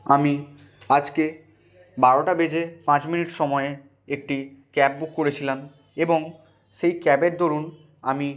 আমি আজকে বারোটা বেজে পাঁচ মিনিট সময়ে একটি ক্যাব বুক করেছিলাম এবং সেই ক্যাবের দরুণ আমি